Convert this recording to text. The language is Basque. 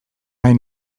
nahi